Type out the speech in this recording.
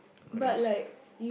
when I was